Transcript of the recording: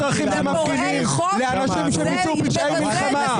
אזרחים למפגינים, לאנשים שביצעו פשעי מלחמה.